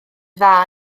dda